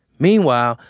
meanwhile,